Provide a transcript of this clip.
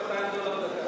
שלא מצאו בארכיון.